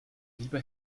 lieber